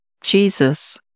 Jesus